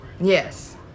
yes